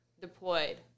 deployed